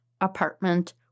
apartment